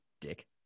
Dick